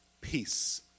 peace